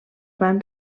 van